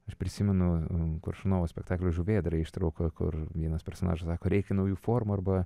aš prisimenu koršunovo spektaklio žuvėdra ištrauką kur vienas personažas sako reikia naujų formų arba